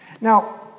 now